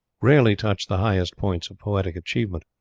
rarely touch the highest points of poetic achievement.